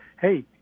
hey